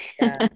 Yes